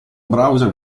browser